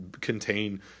contain